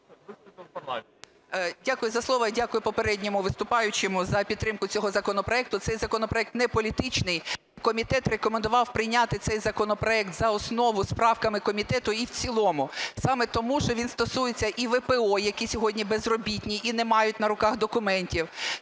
Дякую за слово і дякую попередньому виступаючому, за підтримку цього законопроекту. Цей законопроект не політичний. Комітет рекомендував прийняти цей законопроект за основу з правками комітету і в цілому саме тому, що він стосується і ВПО, які сьогодні безробітні і не мають на руках документів,